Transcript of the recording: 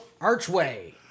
archway